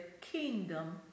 kingdom